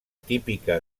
típica